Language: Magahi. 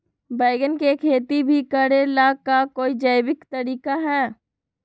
बैंगन के खेती भी करे ला का कोई जैविक तरीका है?